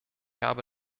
habe